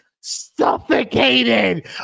suffocated